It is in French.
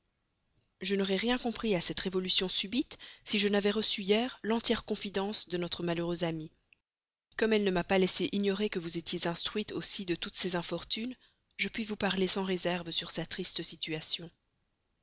je n'aurais rien compris à cette révolution subite si je n'avais reçu hier l'entière confidence de notre malheureuse amie comme elle ne m'a pas laissé ignorer que vous étiez instruite aussi de toutes ses infortunes je puis vous parler sans réserve sur sa triste situation